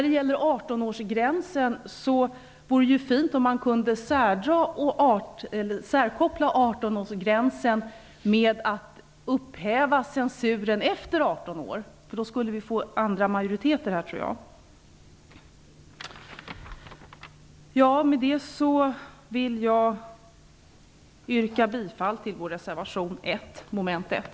Det vore fint om man kunde särkoppla 18 år. Då tror jag att vi skulle få andra majoriteter. Med det vill jag yrka bifall till reservation 1.